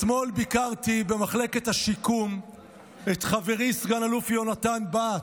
אתמול ביקרתי במחלקת השיקום את חברי סגן אלוף יונתן בהט,